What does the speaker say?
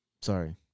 Sorry